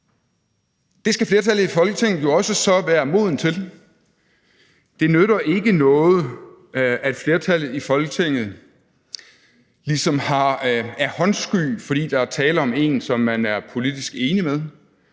Det skal flertallet i Folketinget jo så også være modent til. Det nytter ikke noget, at flertallet i Folketinget ligesom er håndsky, fordi der er tale om en, som man er politisk enig med;